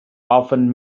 often